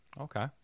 okay